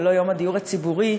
ולא יום הדיור הציבורי,